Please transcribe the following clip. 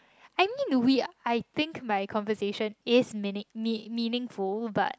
I mean we I think my conversation is meaning~ mean~ meaningful but